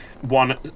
one